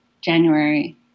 January